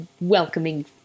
welcoming